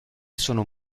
sono